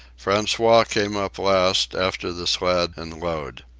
francois came up last, after the sled and load.